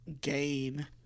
gain